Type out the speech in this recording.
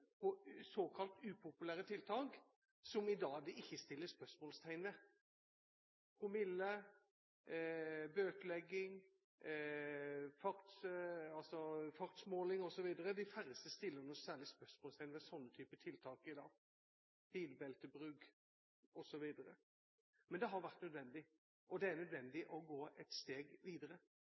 upopulære tiltak, som det i dag ikke settes spørsmålstegn ved: promille, bøtelegging, fartsmåling, bilbeltebruk osv. De færreste setter spørsmålstegn ved slike typer tiltak i dag. Men det har vært nødvendig, og det er nødvendig å gå et steg videre.